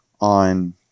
On